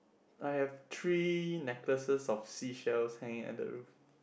I have three necklaces of seashells hanging at the roof